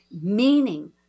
meaning